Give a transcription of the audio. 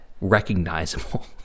recognizable